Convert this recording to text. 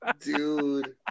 Dude